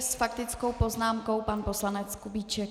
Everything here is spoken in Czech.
S faktickou poznámkou pan poslanec Kubíček.